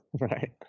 Right